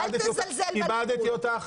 אל תזלזל בליכוד.